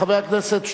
הצעת החוק שאת יוזמת,